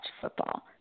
football